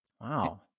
Wow